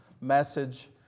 message